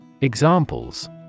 Examples